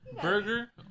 Burger